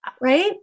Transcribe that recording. Right